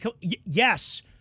yes